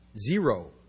zero